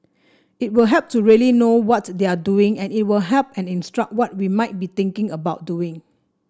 it will help to really know what they are doing and it'll help and instruct what we might be thinking about doing